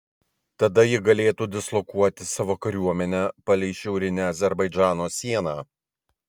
tada ji galėtų dislokuoti savo kariuomenę palei šiaurinę azerbaidžano sieną